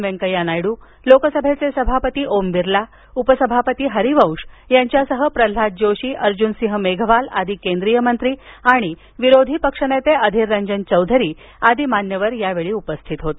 वेंकय्या नायडू लोकसभेचे सभापती ओम बिर्ला उपसभापती हरिवंश यांच्यासह प्रल्हाद जोशी अर्जुनसिंह मेघवाल आदी केंद्रीय मंत्री विरोधी पक्षनेते अधीर रंजन चौधरी आदी मान्यवर यावेळी उपस्थित होते